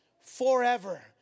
forever